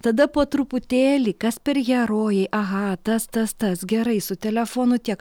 tada po truputėlį kas per herojai aha tas tas tas gerai su telefonu tiek